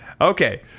Okay